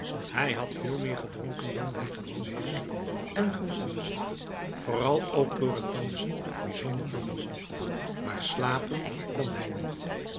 hij had veel meer gedronken dan hij gewoon was en gevoelde zich vooral ook door het dansen bijzonder vermoeid maar slapen kon hij niet